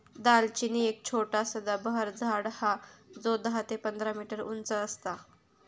दालचिनी एक छोटा सदाबहार झाड हा जो दहा ते पंधरा मीटर उंच असता